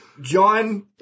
John